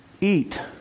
eat